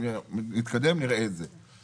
נתקדם ונראה את זה.